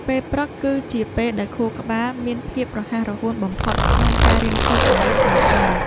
ពេលព្រឹកគឺជាពេលដែលខួរក្បាលមានភាពរហ័សរហួនបំផុតក្នុងការរៀនសូត្រអ្វីថ្មីៗ។